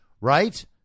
right